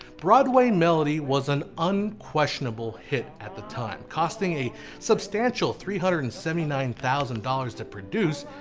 broadway melody was an unquestionable hit at the time. costing a substantial three hundred and seventy nine thousand dollars to produce,